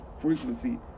frequency